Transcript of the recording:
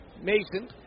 Mason